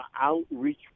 outreach